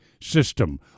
system